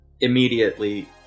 immediately